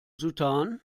sudan